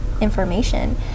information